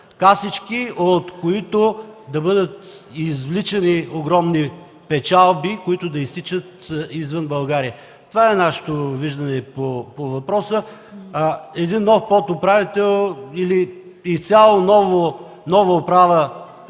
касички, от които да бъдат извличани огромни печалби, които да изтичат извън България. Това е нашето виждане по въпроса. Един нов подуправител или изцяло нова управа